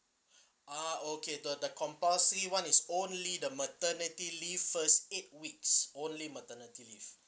ah okay the the compulsory one is only the maternity leave first eight weeks only maternity leave